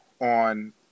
on